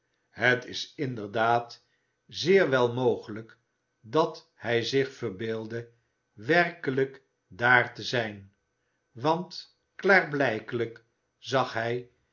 het is inderdaad j zeer wel mogelijk dat hij zich verbeeldde werolivier twist keiijk daar te zijn want klaarblijkelijk zag hij